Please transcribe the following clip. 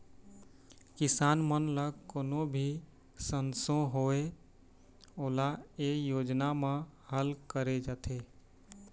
किसान मन ल कोनो भी संसो होए ओला ए योजना म हल करे जाथे